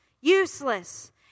useless